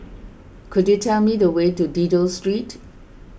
could you tell me the way to Dido Street